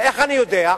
איך אני יודע?